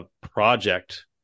project